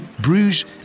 Bruges